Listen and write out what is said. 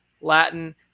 Latin